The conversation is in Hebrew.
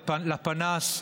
בפנס,